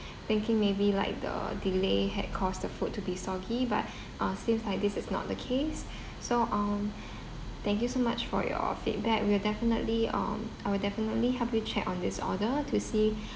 thinking maybe like the delay had caused the food to be soggy but uh seems like this is not the case so um thank you so much for your feedback we'll definitely um I will definitely help you check on this order to see